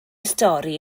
stori